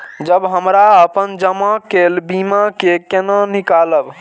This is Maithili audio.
जब हमरा अपन जमा केल बीमा के केना निकालब?